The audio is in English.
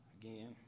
again